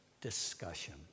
discussion